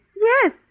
Yes